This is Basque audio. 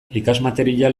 ikasmaterial